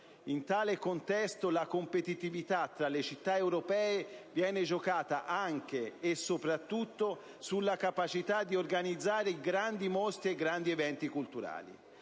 In tale contesto, la competitività tra le città europee viene giocata anche e soprattutto sulla capacità di organizzare grandi mostre e grandi eventi culturali.